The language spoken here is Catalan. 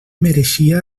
mereixia